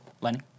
Lenny